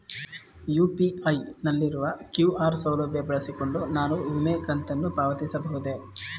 UPI ನಲ್ಲಿರುವ QR ಸೌಲಭ್ಯ ಬಳಸಿಕೊಂಡು ನಾನು ವಿಮೆ ಕಂತನ್ನು ಪಾವತಿಸಬಹುದೇ?